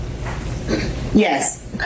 Yes